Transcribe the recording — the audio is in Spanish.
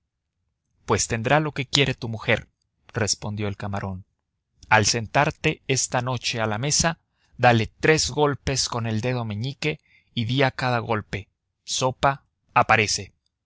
pues tendrá lo que quiere tu mujer respondió el camarón al sentarte esta noche a la mesa dale tres golpes con el dedo meñique y di a cada golpe sopa aparece